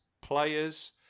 players